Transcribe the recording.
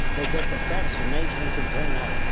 they get the best a nation can turn out.